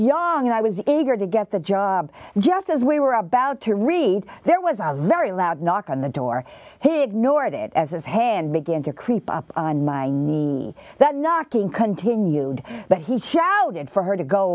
young and i was eager to get the job just as we were about to read there was a very loud knock on the door hit north it as his hand began to creep up on my knee that knocking continued but he shouted for her to go